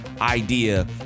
idea